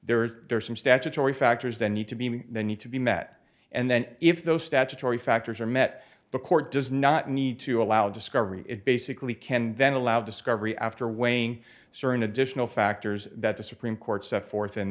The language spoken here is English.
analysis there are some statutory factors that need to be they need to be met and then if those statutory factors are met the court does not need to allow discovery it basically can then allow discovery after weighing certain additional factors that the supreme court set forth in